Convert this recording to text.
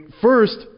First